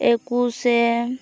ᱮᱠᱩᱥᱮ